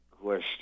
question